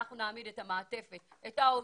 אנחנו נעמיד את המעטפת את העו"סים,